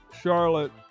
Charlotte